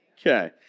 Okay